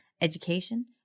education